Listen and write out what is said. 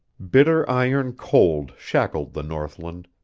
bitter iron cold shackled the northland,